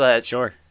Sure